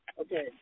Okay